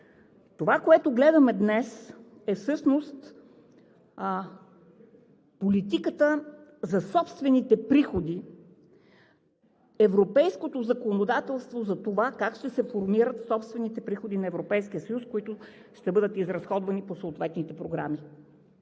Това, което гледаме днес, е всъщност политиката за собствените приходи, европейското законодателство за това как ще се формират собствените приходи на Европейския съюз, които ще бъдат изразходвани по съответните програми.